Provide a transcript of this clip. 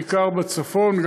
בעיקר בצפון,